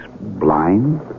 blind